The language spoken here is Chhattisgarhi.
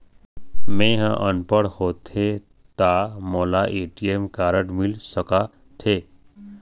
मैं ह अनपढ़ होथे ता मोला ए.टी.एम कारड मिल सका थे?